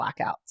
blackouts